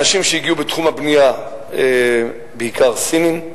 אנשים שהגיעו לתחום הבנייה הם בעיקר סינים,